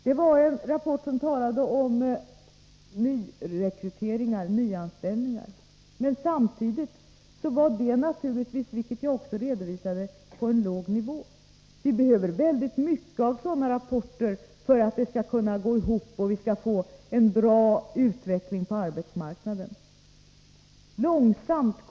I denna rapport talades om nyrekrytering och nyanställningar — det handlade om arbeten på en låg nivå, vilket jag också redovisade — och vi behöver mycket av sådana rapporter för att vi skall kunna få en bra utveckling på arbetsmarknaden.